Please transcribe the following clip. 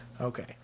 Okay